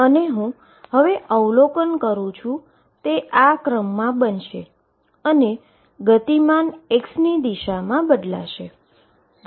હવે હું અવલોકન કરું છું અને તે આ ક્રમમાં બનશે અને આ મોમેન્ટમ x ની દિશામાં બદલાશે